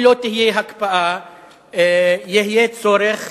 אם לא תהיה הקפאה יהיה צורך